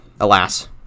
alas